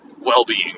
well-being